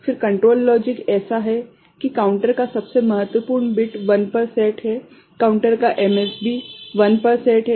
फिर control logic ऐसा है कि काउंटर का सबसे महत्वपूर्ण बिट 1 पर सेट है काउंटर का MSB 1 पर सेट है